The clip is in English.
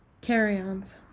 carry-ons